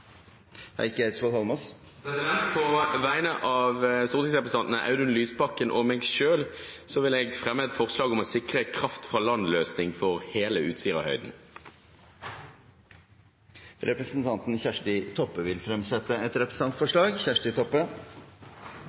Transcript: På vegne av stortingsrepresentanten Audun Lysbakken og meg selv vil jeg fremme et forslag om å sikre kraft fra land-løsning for hele Utsirahøyden. Representanten Kjersti Toppe vil fremsette et representantforslag.